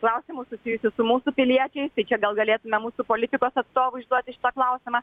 klausimus susijusius su mūsų piliečiais tai čia gal galėtume mūsų politikos atstovui užduoti šitą klausimą